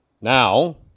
now